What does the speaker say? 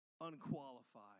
unqualified